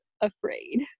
afraid